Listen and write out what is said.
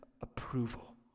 approval